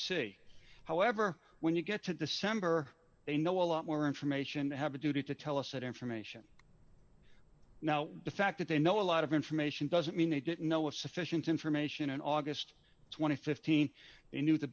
c however when you get to december they know a lot more information have a duty to tell us that information now the fact that they know a lot of information doesn't mean they didn't know a sufficient information in august two thousand and fifteen they knew the